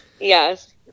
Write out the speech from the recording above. Yes